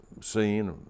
seen